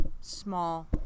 small